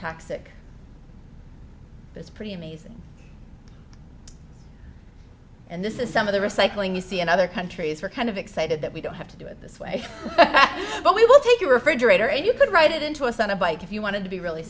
toxic that's pretty amazing and this is some of the recycling you see and other countries are kind of excited that we don't have to do it this way but we will take your refrigerator and you could write it into a send a bike if you wanted to be really